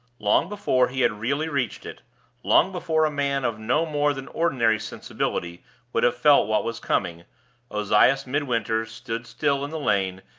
long before he had really reached it long before a man of no more than ordinary sensibility would have felt what was coming ozias midwinter stood still in the lane,